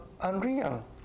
unreal